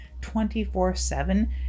24-7